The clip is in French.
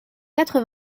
quatre